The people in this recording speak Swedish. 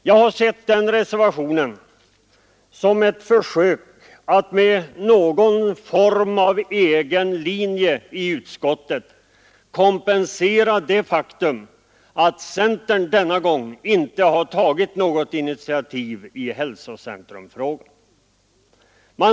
Jag har sett den reservationen som ett försök att med någon form av egen linje i utskottet kompensera det faktum att centern denna gång inte har tagit något initiativ i hälsocentrumfrågan.